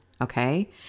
Okay